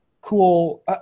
cool